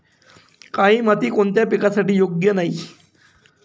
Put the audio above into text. काळी माती कोणत्या पिकासाठी योग्य नाही?